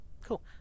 Cool